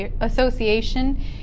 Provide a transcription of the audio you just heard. Association